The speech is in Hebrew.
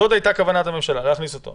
זאת הייתה כוונת הממשלה, להכניס אותו.